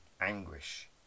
anguish